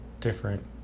different